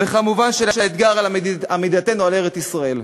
וכמובן, של האתגר של עמידתנו על ארץ-ישראל.